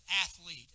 athlete